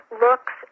looks